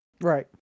Right